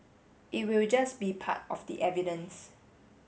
it will just be part of the evidence